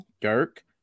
Dirk